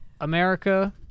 America